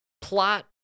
Plot